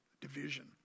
division